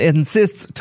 insists